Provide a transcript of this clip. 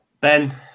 Ben